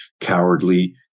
cowardly